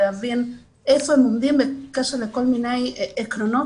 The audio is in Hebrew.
לבין איפה עומדים בקשר לכל מיני עקרונות